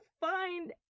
find